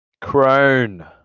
Crone